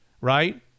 Right